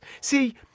See